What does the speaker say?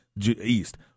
East